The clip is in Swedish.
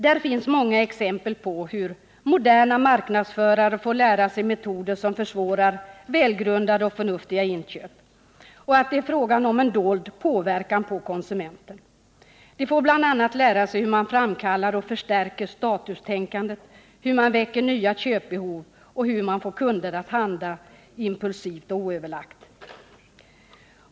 Där finns många exempel på hur marknadsförare får lära sig metoder som försvårar välgrundade och förnuftiga köp och att det är frågan om en dold påverkan på konsumenten. De får bl.a. lära sig hur man framkallar och förstärker statustänkandet, hur man väcker nya köpbehov och hur man får kunder att handla impulsivt och oöverlagt.